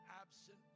absent